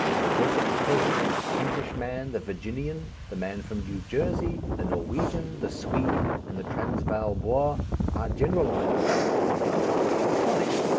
the wessex peasant, the kentish man, the virginian, the man from new jersey, the norwegian, the swede, and the transvaal boer, are generalized about, for example, as teutonic,